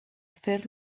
fer